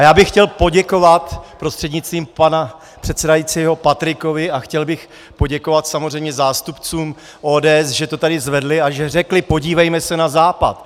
Já bych chtěl poděkovat prostřednictvím pana předsedajícího Patrikovi a chtěl bych poděkovat samozřejmě zástupcům ODS, že to tady zvedli a že řekli: podívejme se na Západ.